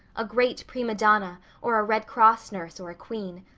a great prima donna or a red cross nurse or a queen.